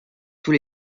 tous